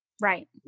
Right